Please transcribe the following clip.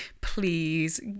Please